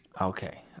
Okay